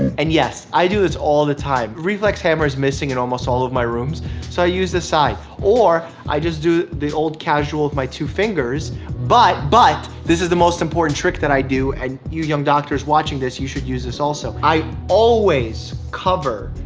and yes, i do this all the time. the reflex hammer's missing in almost all of my rooms so i use the side or i just do the old casual with my two fingers but, but, this is the most important trick that i do and you young doctors watching this, you should use this also. i always cover,